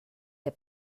der